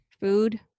food